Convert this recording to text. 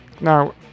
Now